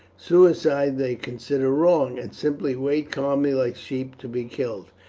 suicide they consider wrong, and simply wait calmly like sheep to be killed.